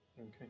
Okay